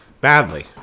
Badly